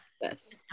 Yes